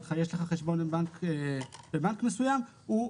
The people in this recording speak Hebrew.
אותך אם יש לך חשבון בנק בבנק מסויים ואז הוא,